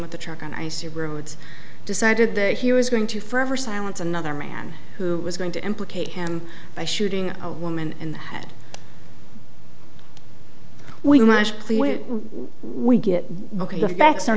with a truck on icy roads decided that he was going to forever silence another man who was going to implicate him by shooting a woman in the head we managed we get the facts o